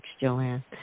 Joanne